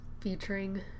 featuring